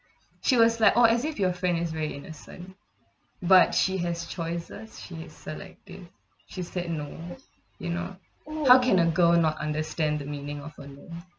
she was like oh as if your friend is very innocent but she has choices she is selective she said no you know how can a girl not understand the meaning of alone